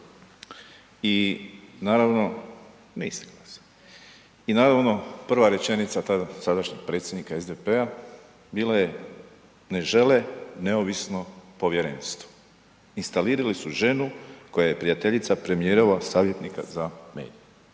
naravno i prva rečenica sadašnjeg predsjednika SDP-a bila je ne žele neovisno povjerenstvo, instalirali su ženu koja je prijateljica premijerovog savjetnika za medije.